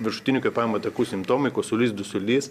viršutinių kvėpavimo takų simptomai kosulys dusulys